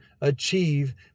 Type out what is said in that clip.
achieve